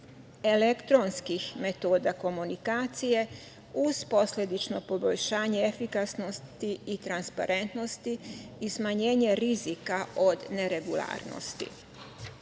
elektronskih metoda komunikacije, uz posledično poboljšanje efikasnosti i transparentnosti i smanjenje rizika od neregularnosti. Veliki